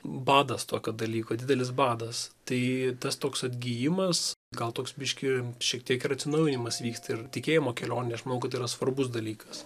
badas tokio dalyko didelis badas tai tas toks atgijimas gal toks biškį šiek tiek ir atsinaujinimas vyksta ir tikėjimo kelionė aš manau kad tai yra svarbus dalykas